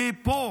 מפה,